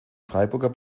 freiburger